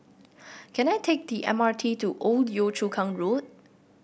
can I take the M R T to Old Yio Chu Kang Road